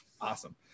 Awesome